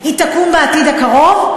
היא תקום בעתיד הקרוב?